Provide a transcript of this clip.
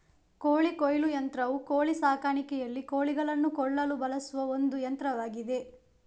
ಕೋಳಿ ಕೊಯ್ಲು ಯಂತ್ರವು ಕೋಳಿ ಸಾಕಾಣಿಕೆಯಲ್ಲಿ ಕೋಳಿಗಳನ್ನು ಕೊಲ್ಲಲು ಬಳಸುವ ಒಂದು ಯಂತ್ರವಾಗಿದೆ